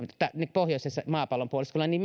pohjoisella maapallon puoliskolla